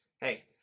hey